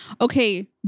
okay